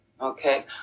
okay